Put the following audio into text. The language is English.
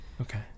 Okay